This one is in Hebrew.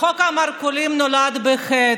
חוק המרכולים נולד בחטא,